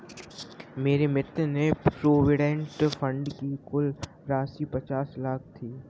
मेरे मित्र के प्रोविडेंट फण्ड की कुल राशि पचास लाख थी